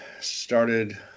started